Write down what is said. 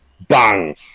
bang